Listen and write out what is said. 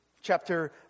chapter